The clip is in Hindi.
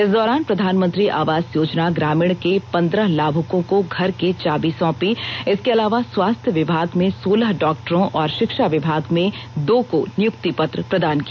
इस दौरान प्रधानमंत्री आवास योजना ग्रामीण के पंदह लाभुकों को घर की चाबी सौंपी इसके अलावा स्वास्थ्य विभाग में सोलह डॉक्टरों और शिक्षा विभाग में दो को नियुक्ति पत्र प्रदान किया